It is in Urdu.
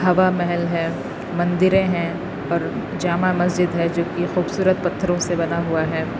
ہوا محل ہے مندریں ہیں اور جامع مسجد ہے جو کہ خوبصورت پتھروں سے بنا ہوا ہے